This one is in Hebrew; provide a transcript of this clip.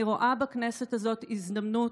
אני רואה בכנסת הזאת הזדמנות,